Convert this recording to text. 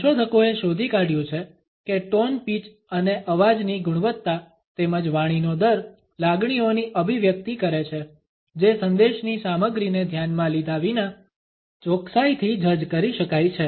સંશોધકોએ શોધી કાઢ્યું છે કે ટોન પીચ અને અવાજની ગુણવત્તા તેમજ વાણીનો દર લાગણીઓની અભિવ્યક્તિ કરે છે જે સંદેશની સામગ્રીને ધ્યાનમાં લીધા વિના ચોક્કસાઈથી જજ કરી શકાય છે